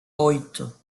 oito